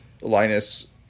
Linus